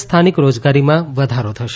સ્થાનિક રોજગારીમાં વધારો થશે